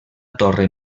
torre